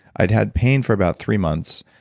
i'd had pain for about three months,